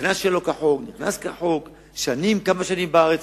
נכנס שלא כחוק, נכנס כחוק, כמה שנים בארץ.